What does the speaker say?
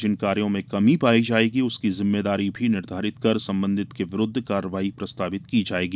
जिन कार्यों में कमी पाई जायेगी उसकी जिम्मेदारी निर्धारित कर संबंधित के विरुद्ध कार्रवाई प्रस्तावित की जायेगी